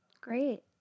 Great